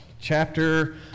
chapter